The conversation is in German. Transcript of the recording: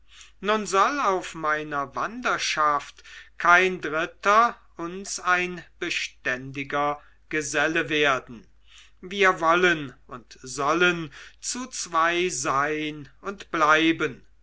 nun soll auf meiner wanderschaft kein dritter uns ein beständiger geselle werden wir wollen und sollen zu zwei sein und bleiben